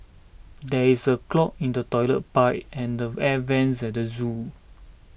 there is a clog in the Toilet Pipe and the Air Vents at the zoo